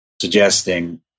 suggesting